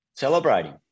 celebrating